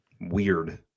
weird